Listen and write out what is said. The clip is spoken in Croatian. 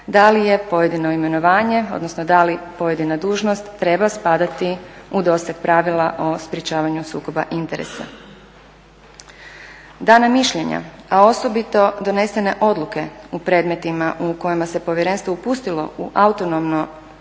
da li je pojedino imenovanje, odnosno da li pojedina dužnost treba spadati u doseg pravila o sprječavanju sukoba interesa. Dana mišljenja, a osobito donesene odluke u predmetima u kojima se Povjerenstvo upustilo u autonomno